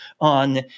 on